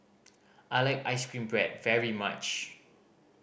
I like ice cream bread very much